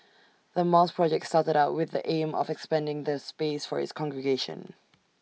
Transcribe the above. the mosque project started out with the aim of expanding the space for its congregation